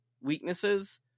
weaknesses